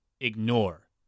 ignore